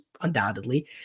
undoubtedly